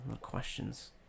questions